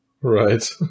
Right